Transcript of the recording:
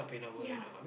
ya